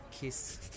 kiss